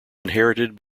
inherited